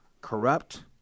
corrupt